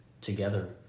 together